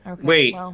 Wait